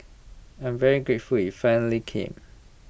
I am very grateful IT finally came